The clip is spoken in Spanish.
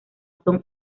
son